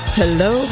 hello